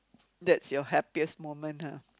that's your happiest moment !huh!